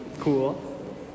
cool